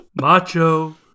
Macho